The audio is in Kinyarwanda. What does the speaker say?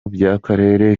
by’akarere